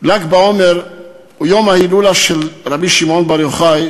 ל"ג בעומר הוא יום ההילולה של רבי שמעון בר יוחאי,